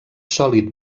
sòlid